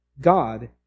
God